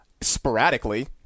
Sporadically